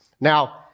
Now